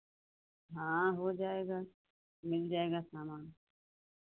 हाँ हो जाएगा मिल जाएगा सामान